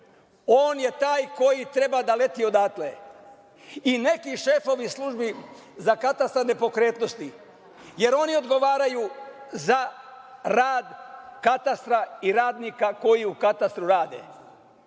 On je taj koji treba da leti odatle i neki šefovi službi za katastar nepokretnosti, jer oni odgovaraju za rad katastara i radnika koji u katastru rade.